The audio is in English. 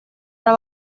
were